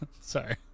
sorry